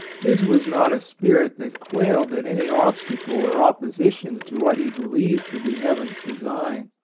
his was not a spirit that quailed at any obstacle or op position to what he believed to be heaven's design,